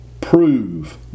prove